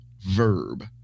verb